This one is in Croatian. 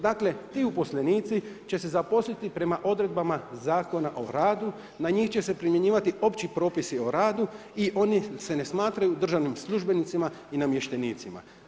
Dakle, ti uposlenici će se zaposliti prema odredbama Zakona o radu, na njih će se primjenjivati opći propisi o radu i oni se ne smatraju državnim službenicima i namještenicima.